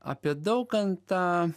apie daukantą